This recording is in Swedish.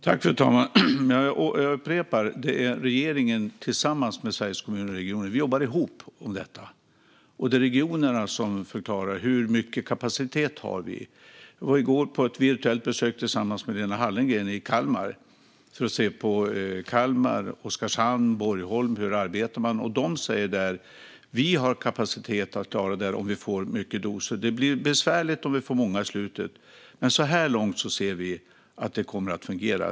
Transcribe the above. Fru talman! Jag upprepar att regeringen jobbar ihop med Sveriges Kommuner och Regioner i detta, och det är regionerna som förklarar hur mycket kapacitet de har. I går var jag och Lena Hallengren på ett virtuellt besök i Kalmar för att se hur Kalmar, Oskarshamn och Borgholm arbetar. De sa att de har kapacitet att klara detta om de får många doser. Det kan bli besvärligt om de får mycket mot slutet, men så här långt anser de att det kommer att fungera.